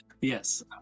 Yes